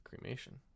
cremation